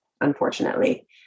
unfortunately